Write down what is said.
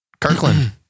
Kirkland